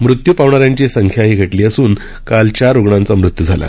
मृत्यू पावणाऱ्यांची संख्याही घटली असून काल चार रुणांचा मृत्यू झाला